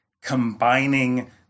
combining